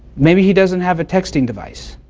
maybe he doesn't have a texting device.